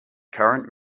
current